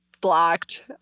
Blocked